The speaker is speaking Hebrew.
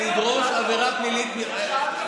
לדרוש עבירה פלילית מפסיכיאטר,